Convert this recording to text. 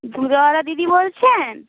দুধওয়ালা দিদি বলছেন